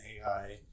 AI